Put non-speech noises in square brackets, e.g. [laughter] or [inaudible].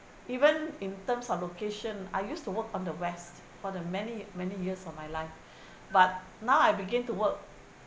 even in terms of location I used to work on the west for the many many years of my life [breath] but now I begin to work